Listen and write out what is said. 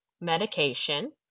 medication